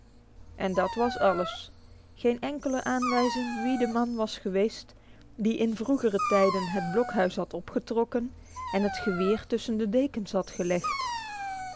en dat was alles geen enkele aanwijzing wie de man was geweest die in vroegere tijden het blokhuis had opgetrokken en het geweer tussen de dekens had gelegd